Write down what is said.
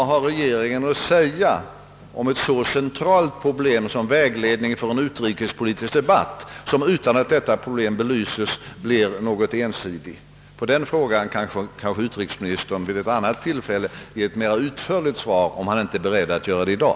Vad har regeringen att säga om ett så centralt problem som vägledning för en utrikespolitisk debatt, som utan att detta problem belyses blir något ensidig? På den frågan kanske utrikesministern vid ett annat tillfälle vill ge ett mera utförligt svar, om han inte är beredd att göra det i dag.